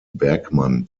bergmann